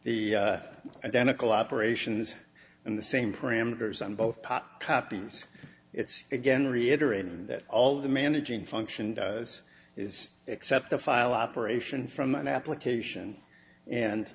the identical operations and the same parameters on both pop copies it's again reiterating that all the managing function does is except the file operation from an application and